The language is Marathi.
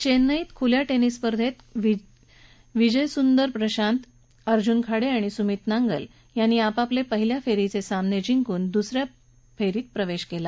चेन्नईत खुल्या टेनिस स्पर्धेत विजय सुंदर प्रशांत अर्जुन खाडे आणि सुमित नांगल यांनी काल आपल्या पहिल्या फेरीचे सामने जिंकून दुस या फेरीत प्रवेश केला